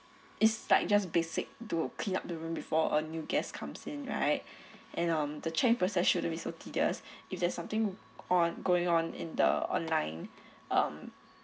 is like just basic to clean up the room before a new guest comes in right and um the check in process shouldn't be so tedious if there's something on going on in the online um